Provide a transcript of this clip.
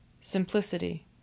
Simplicity